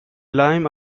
lime